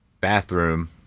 bathroom